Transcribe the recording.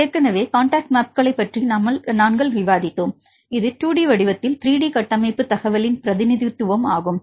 எனவே காண்டாக்ட் மேப்களைப் பற்றி நாங்கள் விவாதித்தோம் இது 2 டி வடிவத்தில் 3D கட்டமைப்பு தகவலின் பிரதிநிதித்துவம் ஆகும்